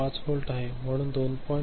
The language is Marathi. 5 व्होल्ट आहे म्हणून 2